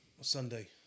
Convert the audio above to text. Sunday